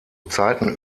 zeiten